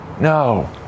No